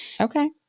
Okay